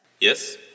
Yes